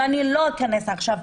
ואני לא אכנס לזה עכשיו.